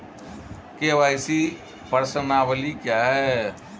KYC प्रश्नावली क्या है?